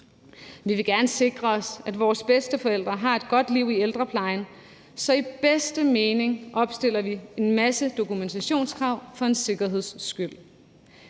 Vi vil gerne sikre os, at vores bedsteforældre har et godt liv og får en god ældrepleje, så i bedste mening opstiller vi en masse dokumentationskrav for en sikkerheds skyld.